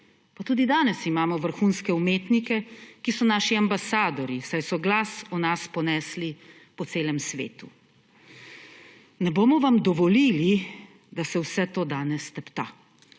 tudi danes imamo vrhunske umetnike, ki so naši ambasadorji, saj so glas o nas ponesli po celem svetu. Ne bomo vam dovolili, da se vse to danes stepta.